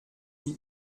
die